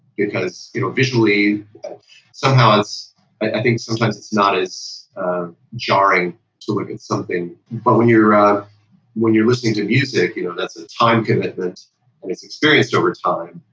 because you know visually somehow, i think sometimes it's not as jarring to look at something, but when you're um when you're listening to music, you know that's a time commitment and it's experienced over time.